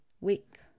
week